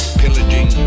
pillaging